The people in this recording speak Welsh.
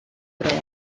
drwy